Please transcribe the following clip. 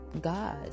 God